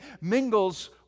mingles